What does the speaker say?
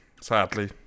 sadly